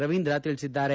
ರವೀಂದ್ರ ತಿಳಿಸಿದ್ದಾರೆ